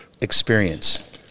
experience